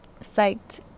psyched